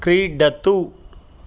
क्रीडतु